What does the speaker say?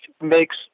makes